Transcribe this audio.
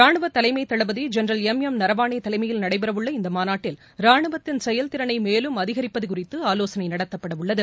ரானுவ தலைமை தளபதி திரு எம் எம் நரவானே தலைமையில் நடைபெறவுள்ள இந்த மாநாட்டில் ரானுவத்தின் செயல்திறனை மேலும் அதிகரிப்பது குறித்து ஆலோசனை நடத்தப்படவுள்ளது